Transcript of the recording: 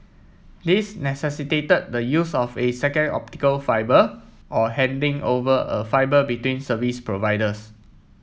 these necessitated the use of a second optical fibre or handing over of a fibre between service providers